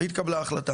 והתקבלה ההחלטה.